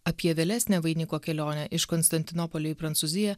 apie vėlesnę vainiko kelionę iš konstantinopolio į prancūziją